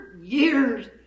years